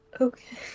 Okay